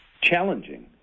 challenging